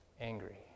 angry